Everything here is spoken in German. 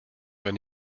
wenn